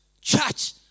church